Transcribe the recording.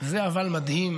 זה מדהים